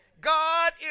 God